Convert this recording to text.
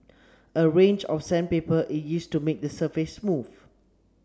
a range of sandpaper is used to make the surface smooth